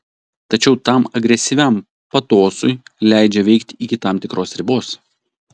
tačiau tam agresyviam patosui leidžia veikti iki tam tikros ribos